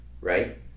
Right